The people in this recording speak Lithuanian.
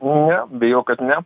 ne bijau kad ne